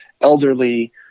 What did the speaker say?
elderly